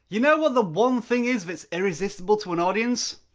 you know what the one thing is that's irresistible to an audience?